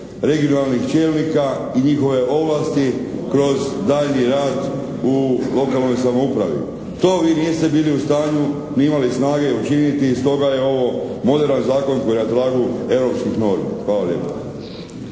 regionalnih čelnika i njihove ovlasti kroz daljnji rad u lokalnoj samoupravi. To vi niste bili u stanju ni imali snage učiniti i stoga je ovo moderan zakon koji je na tragu europskih normi. Hvala lijepo.